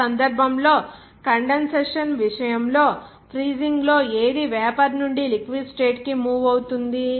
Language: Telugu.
ఆ సందర్భంలో కండెన్సషన్ విషయంలో ఫ్రీజింగ్ లో ఏది వేపర్ నుండి లిక్విడ్ స్టేట్ కి మూవ్ అవుతుంది